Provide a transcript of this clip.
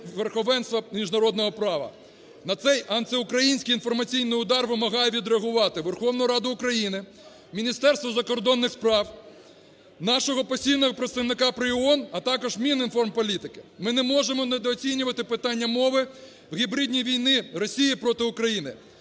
верховенства міжнародного права. На цей антиукраїнський інформаційний удар вимагає відреагувати Верховна Рада України, Міністерство закордонних справ, нашого постійного представника при ООН, а також Мінінформполітики. Ми не можемо не дооцінювати питання мови в гібридній війні Росії проти України,